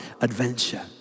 adventure